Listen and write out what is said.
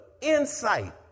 insight